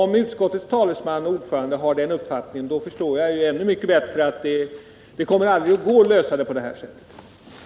Om utskottets talesman och ordförande har den uppfattningen, då förstår jag ännu mycket bättre att det aldrig kommer att gå att lösa problemet på det här sättet.